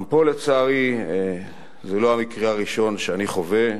גם פה, לצערי, לא המקרה הראשון שאני חווה,